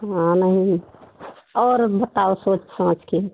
हाँ नहीं और बताओ सोच समझ कर